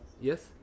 Yes